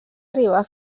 arribar